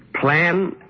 Plan